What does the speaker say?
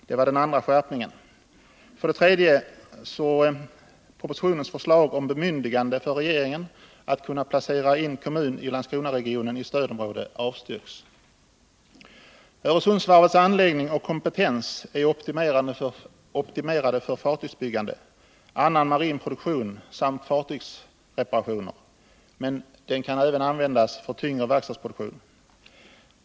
För det tredje avstyrks propositionens förslag om bemyndigande för regeringen att placera in kommun i Landskronaregionen i stödområde. Öresundsvarvets anläggning och kompetens har optimerats för fartygsbyggande, annan marin produktion samt fartygsreparationer, men kan även användas för tyngre verkstadsproduktion.